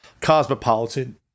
cosmopolitan